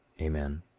amen.